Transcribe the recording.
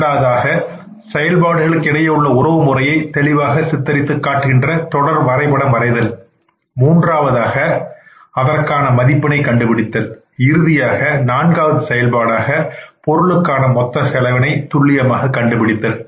இரண்டாவதாக செயல்பாடுகளுக்கு இடையே உள்ள உறவு முறையை தெளிவாக சித்தரித்துக் காட்டுகின்றன தொடர் வரைபடம் வரைதல் மூன்றாவதாக அதற்கான மதிப்பினை கண்டுபிடித்தல் இறுதியாக நான்காவது செயல்பாடாக பொருளுக்கான மொத்த செலவினை துல்லியமாக கண்டுபிடித்தல்